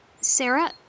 Sarah